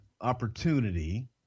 opportunity